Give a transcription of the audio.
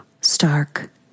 stark